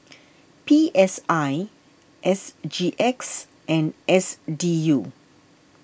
P S I S G X and S D U